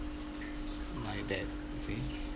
my dad you see